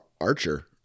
archer